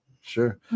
Sure